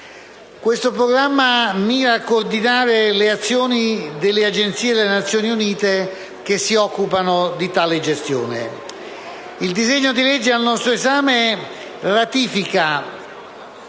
Questo programma mira a coordinare le azioni delle Agenzie delle Nazioni Unite che si occupano di tale gestione. Il disegno di legge al nostro esame ratifica